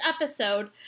episode